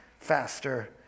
faster